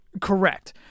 Correct